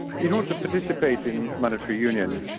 in order to participate in monetary union,